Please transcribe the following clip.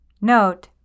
Note